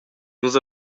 nus